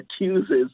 accuses